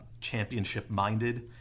championship-minded